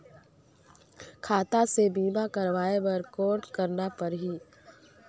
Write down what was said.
खाता से बीमा करवाय बर कौन करना परही?